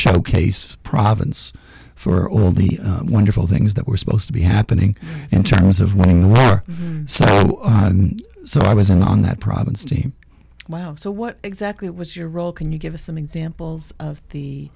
showcase province for all the wonderful things that were supposed to be happening in terms of winning the war so i was in on that province team wow so what exactly was your role can you give us some examples of the